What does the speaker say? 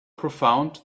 profound